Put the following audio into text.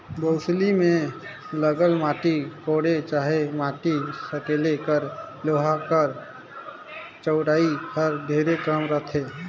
बउसली मे लगल माटी कोड़े चहे माटी सकेले कर लोहा कर चउड़ई हर ढेरे कम रहथे